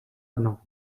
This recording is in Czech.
dno